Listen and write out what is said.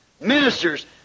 Ministers